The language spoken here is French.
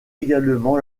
également